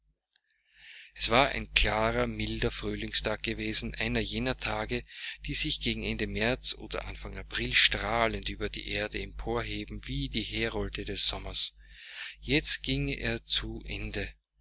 es war ein klarer milder frühlingstag gewesen einer jener tage die sich gegen ende märz oder anfang april strahlend über die erde emporheben wie die herolde des sommers jetzt ging er zu ende